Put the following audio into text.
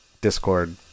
discord